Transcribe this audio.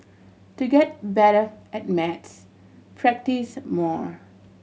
to get better at maths practise more